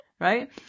right